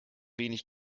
wenig